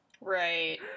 Right